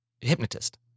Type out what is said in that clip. hypnotist